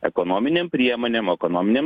ekonominėm priemonėm ekonominėm